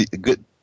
good